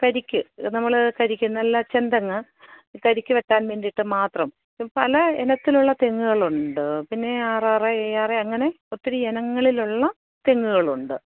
കരിക്ക് നമ്മൾ കരിക്ക് നല്ല ചെന്തെങ്ങ് കരിക്ക് വെട്ടാൻ വേണ്ടിയിട്ട് മാത്രം പല ഇനത്തിലുള്ള തെങ്ങുകളുണ്ട് പിന്നെ R R A A R A അങ്ങനെ ഒത്തിരി ഇനങ്ങളിലുള്ള തെങ്ങുകളുണ്ട്